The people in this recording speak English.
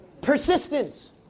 Persistence